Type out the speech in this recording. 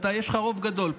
יש לך רוב גדול פה.